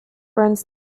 runs